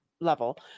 level